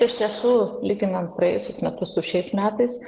iš tiesų lyginant praėjusius metus su šiais metais